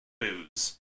booze